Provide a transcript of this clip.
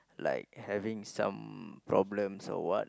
like having some problems or what